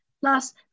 Plus